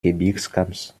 gebirgskamms